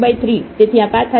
તેથી આ પાથ આધારીત લિમિટ હશે